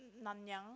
Nanyang